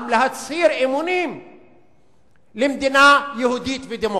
להצהיר אמונים למדינה יהודית ודמוקרטית.